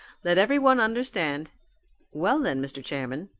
let everyone understand well then, mr. chairman,